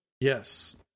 Yes